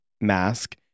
mask